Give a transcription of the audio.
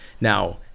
Now